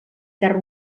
terra